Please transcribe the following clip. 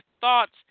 thoughts